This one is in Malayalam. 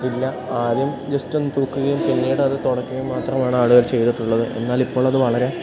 ഇല്ല ആദ്യം ജെസ്റ്റൊന്നു തൂക്കുകയും പിന്നീട് അത് തുടക്കുകയും മാത്രമാണ് ആളുകൾ ചെയ്തിട്ടുള്ളത് എന്നാൽ ഇപ്പോഴത് വളരെ